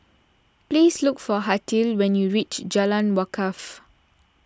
please look for Hartley when you reach Jalan Wakaff